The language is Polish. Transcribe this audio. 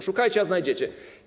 Szukajcie, a znajdziecie.